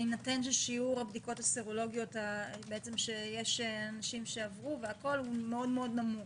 מה תעשו אם שיעור הבדיקות הסרולוגיות יהיה מאוד מאוד נמוך?